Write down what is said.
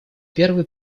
первый